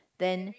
then